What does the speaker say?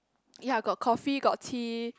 ya got coffee got tea